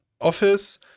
office